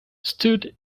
stood